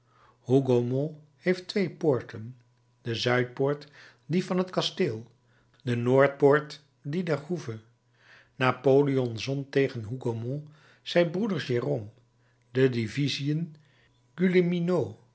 hougomont heeft twee poorten de zuidpoort die van het kasteel de noordpoort die der hoeve napoleon zond tegen hougomont zijn broeder jérôme de divisiën